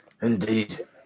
Indeed